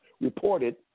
reported